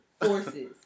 forces